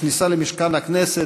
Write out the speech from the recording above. בכניסה למשכן הכנסת,